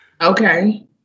Okay